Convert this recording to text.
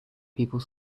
people